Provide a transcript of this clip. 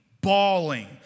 bawling